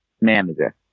manager